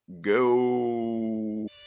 go